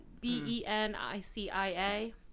B-E-N-I-C-I-A